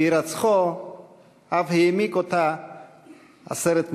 והירצחו אף העמיק אותה עשרת מונים.